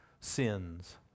sins